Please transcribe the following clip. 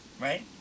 right